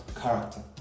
character